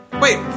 Wait